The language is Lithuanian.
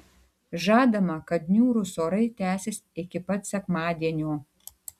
žadama kad niūrūs orai tęsis iki pat sekmadienio